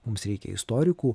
mums reikia istorikų